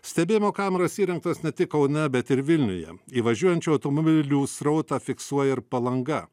stebėjimo kameros įrengtos ne tik kaune bet ir vilniuje įvažiuojančių automobilių srautą fiksuoja ir palanga